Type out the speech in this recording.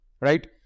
Right